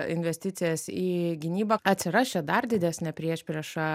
investicijas į gynybą atsiras čia dar didesnė priešprieša